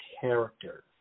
character